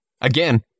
Again